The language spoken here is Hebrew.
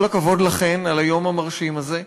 כל הכבוד לכן על היום המרשים הזה,